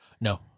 No